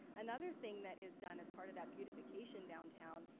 another thing that is done as part of that beautification downtown,